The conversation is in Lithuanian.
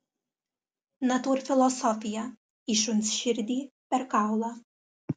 natūrfilosofija į šuns širdį per kaulą